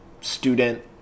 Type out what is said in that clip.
student